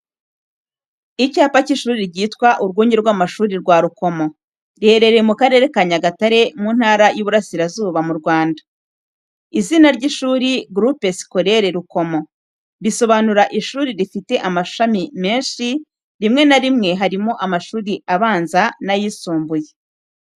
Icyapa cy’ishuri ryitwa urwunge rw'amashuri rwa Rukomo, riherereye mu karere ka Nyagatare mu ntara y’Iburasirazuba, mu Rwanda. izina ry’ishuri. "Groupe Scolaire rukomo" bisobanura ishuri rifite amashami menshi, rimwe na rimwe harimo amashuri abanza n’ayisumbuye.